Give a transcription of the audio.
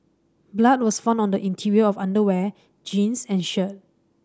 blood was found on the interior of underwear jeans and shirt